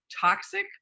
toxic